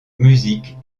musique